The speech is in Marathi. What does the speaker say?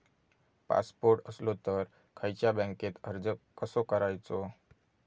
पासपोर्ट असलो तर खयच्या बँकेत अर्ज कसो करायचो?